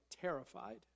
terrified